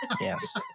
Yes